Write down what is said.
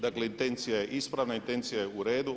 Dakle intencija je ispravna, intencija je uredu.